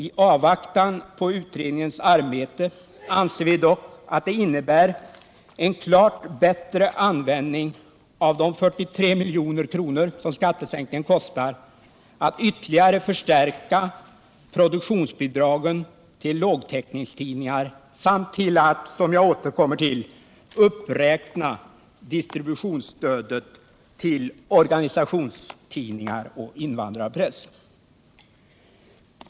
I avvaktan på utredningens arbete anser vi dock att det innebär en klart bättre användning av de 43 milj.kr. som skattesänkningen kostar att ytterligare förstärka produktionsbidragen till lågtäckningstidningarna samt till att, som jag återkommer till, uppräkna distributionsstödet till organisationstidningar och invandrarpress.